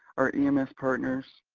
our ems partners